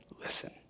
listen